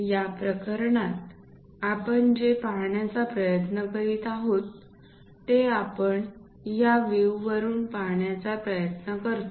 या प्रकरणात आपण जे पाहण्याचा प्रयत्न करीत आहोत ते आपण या व्हिव वरून पाहण्याचा प्रयत्न करतो